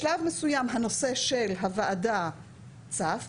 בשלב מסוים הנושא של הוועדה צף,